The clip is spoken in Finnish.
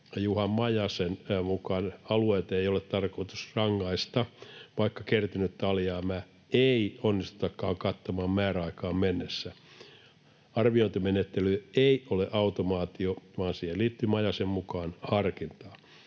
Juha Majasen mukaan alueita ei ole tarkoitus rangaista, vaikka kertynyttä alijäämää ei onnistutakaan kattamaan määräaikaan mennessä. ”Arviointimenettely ei ole automaatio, vaan siihen liittyy Majasen mukaan harkintaa,